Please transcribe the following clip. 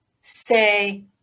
say